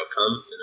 outcome